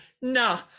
Nah